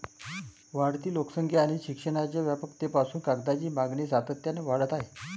वाढती लोकसंख्या आणि शिक्षणाच्या व्यापकतेपासून कागदाची मागणी सातत्याने वाढत आहे